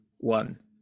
one